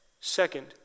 second